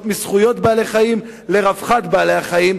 מ"זכויות בעלי-החיים" ל"רווחת בעלי-החיים".